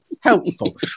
helpful